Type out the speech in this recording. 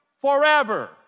forever